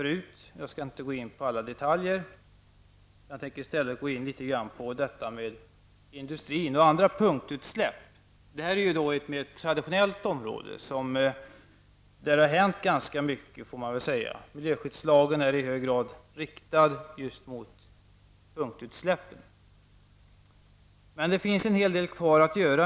Jag skall inte gå in på alla detaljer. I stället tänker jag gå in på detta med industrin och andra punktutsläpp. Detta är ett mer traditionellt område, där man får säga att det hänt ganska mycket. Miljöskyddslagen är i hög grad riktad mot just punktutsläppen. Men vi menar att det ändå finns en hel del kvar att göra.